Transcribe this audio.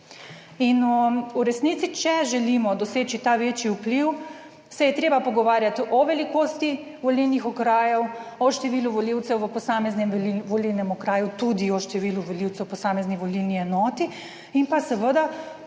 IN v resnici, če želimo doseči ta večji vpliv, se je treba pogovarjati o velikosti volilnih okrajev, o številu volivcev v posameznem volilnem okraju, tudi o številu volivcev v posamezni volilni enoti in pa seveda